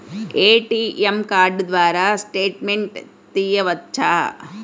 ATM card ద్వారా statement తీయవచ్చా?